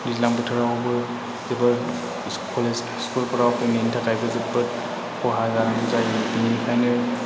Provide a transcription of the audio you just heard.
दैज्लां बोथोरावबो जोबोर कलेज स्कुलफोराव फैनायनि थाखायबो जोबोद खहा जानांगौ जायो बेनिखायनो